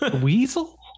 Weasel